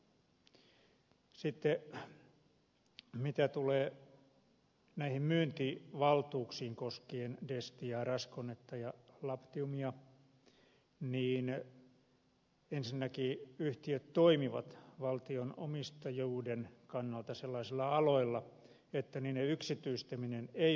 mitä tulee näihin myyntivaltuuksiin koskien destiaa raskonetta ja labtiumia niin ensinnäkin yhtiöt toimivat valtionomistajuuden kannalta sellaisilla aloilla että niiden yksityistäminen ei ole kannatettavaa